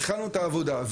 התחלנו את העבודה.